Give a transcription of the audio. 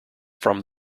from